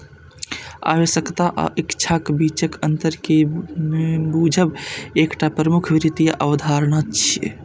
आवश्यकता आ इच्छाक बीचक अंतर कें बूझब एकटा प्रमुख वित्तीय अवधारणा छियै